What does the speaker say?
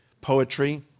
poetry